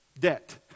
debt